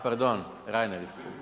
Pardon, Reiner.